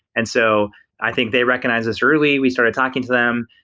and so i think they recognize this really. we started talking to them,